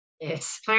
Yes